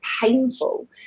painful